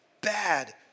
bad